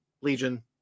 Legion